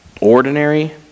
ordinary